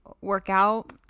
workout